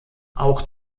auch